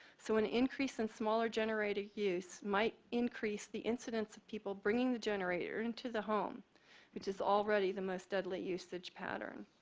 so, an increase in smaller generator use might increase the incidents of people bringing the generator into the home which is already the most deadly usage pattern.